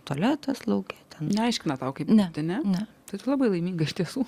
tualetas lauke ten neaiškina tau kaip ne ne ne tai tu labai laiminga iš tiesų